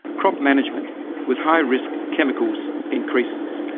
crop management with high risk chemicals increases.